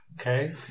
Okay